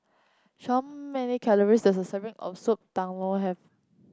many calories the serving of Soup Tulang have